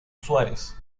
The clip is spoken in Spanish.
suárez